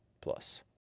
Plus